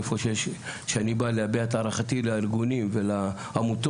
איפה שאני בא להביע את הערכתי לארגונים ולעמותות,